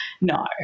no